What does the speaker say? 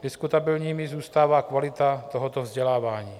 Diskutabilní zůstává kvalita tohoto vzdělávání.